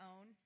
own